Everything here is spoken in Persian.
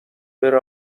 بره